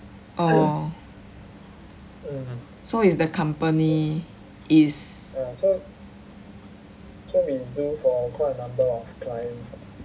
oh so is the company is